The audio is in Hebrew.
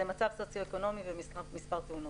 זה מצב סוציואקונומי ומספר תאונות.